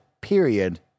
period